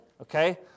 Okay